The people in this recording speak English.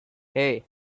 hey